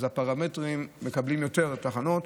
אז הפרמטרים מקבלים יותר תחנות.